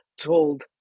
told